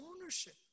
ownership